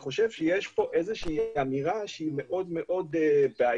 יש פה אמירה שהיא מאוד מאוד בעייתית,